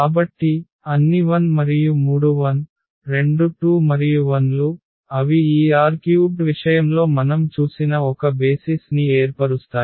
కాబట్టి అన్ని 1 మరియు మూడు 1రెండు 1 మరియు 1 లు అవి ఈ R³ విషయంలో మనం చూసిన ఒక బేసిస్ ని ఏర్పరుస్తాయి